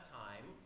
time